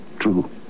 True